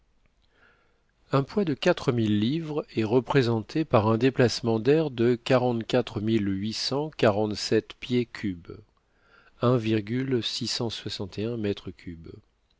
un poids de quatre mille livres est représenté par un déplacement d'air de quarante-quatre mille huit cent quarante-sept pieds cubes